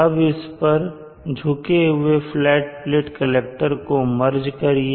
अब इस पर झुके हुए फ्लैट प्लेट कलेक्टर को मर्ज करिए